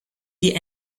die